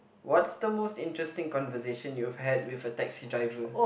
what's the most interesting conversation you've had with a taxi driver